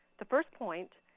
the first point,